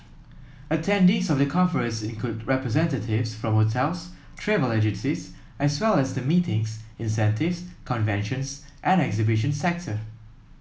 attendees of the conference include representatives from hotels travel agencies as well as the meetings incentives conventions and exhibitions sector